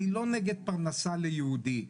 אני לא נגד פרנסה ליהודי,